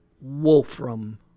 Wolfram